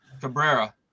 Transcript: Cabrera